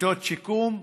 מיטות שיקום,